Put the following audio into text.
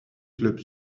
clubs